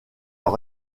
leur